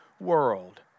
world